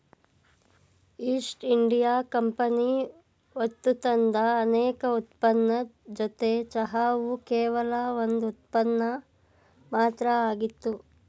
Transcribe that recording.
East India company ಹೊತ್ತುತಂದ ಅನೇಕ ಉತ್ಪನ್ನದ್ ಜೊತೆ ಚಹಾವು ಕೇವಲ ಒಂದ್ ಉತ್ಪನ್ನ ಮಾತ್ರ ಆಗಿತ್ತು